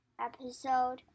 episode